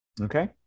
okay